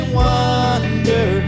wonder